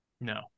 No